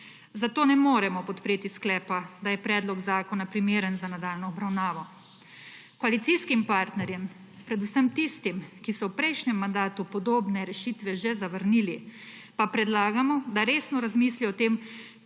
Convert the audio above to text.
Zato ne moremo podpreti sklepa, da je predlog zakona primeren za nadaljnjo obravnavo. Koalicijskim partnerjem, predvsem tistim, ki so v prejšnjem mandatu podobne rešitve že zavrnili, pa predlagamo, da resno razmislijo o tem,